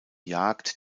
jagd